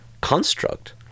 construct